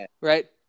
right